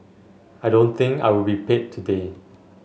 I don't think I will be paid today